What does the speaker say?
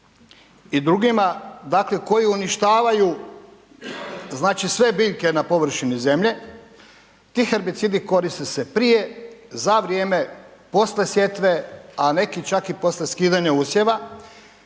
i drugima dakle koji uništavaju znači sve biljke na površini zemlje. Ti herbicidi koriste se prije, za vrijeme, poslije sjetve a neki čak i poslije skidanja usjeva